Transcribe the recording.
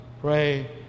pray